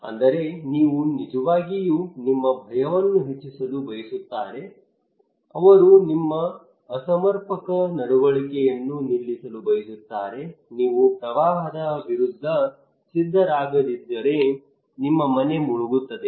ಅಂದರೆ ಅವರು ನಿಜವಾಗಿಯೂ ನಿಮ್ಮ ಭಯವನ್ನು ಹೆಚ್ಚಿಸಲು ಬಯಸುತ್ತಾರೆ ಅವರು ನಿಮ್ಮ ಅಸಮರ್ಪಕ ನಡವಳಿಕೆಯನ್ನು ನಿಲ್ಲಿಸಲು ಬಯಸುತ್ತಾರೆ ನೀವು ಪ್ರವಾಹದ ವಿರುದ್ಧ ಸಿದ್ಧರಾಗದಿದ್ದರೆ ನಿಮ್ಮ ಮನೆ ಮುಳುಗುತ್ತದೆ